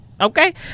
okay